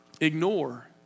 ignore